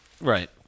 right